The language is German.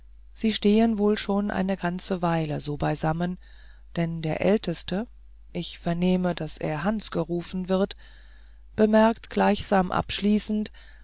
sie stehen wohl schon eine ganze weile so beisammen denn der älteste ich vernehme daß er hans gerufen wird bemerkt gleichsam abschließend